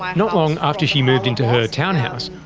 um not long after she moved in to her townhouse,